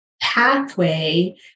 Pathway